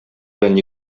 белән